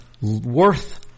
worth